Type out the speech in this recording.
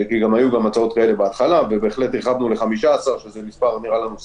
הרחבנו את הפיילוט ל-15, שזה מספר שנראה לנו סביר.